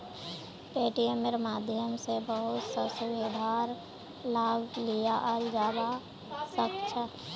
पेटीएमेर माध्यम स बहुत स सुविधार लाभ लियाल जाबा सख छ